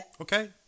Okay